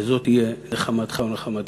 וזו תהיה נחמתך ונחמתנו.